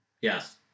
yes